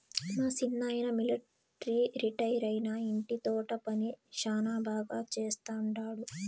మా సిన్నాయన మిలట్రీ రిటైరైనా ఇంటి తోట పని శానా బాగా చేస్తండాడు